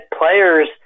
players